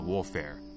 Warfare